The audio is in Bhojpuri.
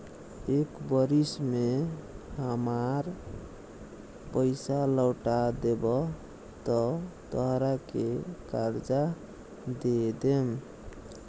एक बरिस में हामार पइसा लौटा देबऽ त तोहरा के कर्जा दे देम